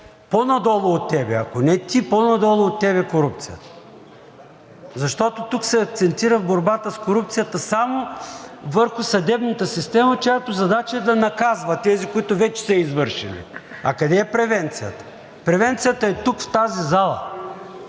по-надолу от теб – ако не ти, по-надолу от теб. Защото тук се акцентира в борбата с корупцията само върху съдебната система, чиято задача е да наказва тези, които вече са я извършили. А къде е превенцията? Превенцията е тук, в тази зала.